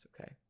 okay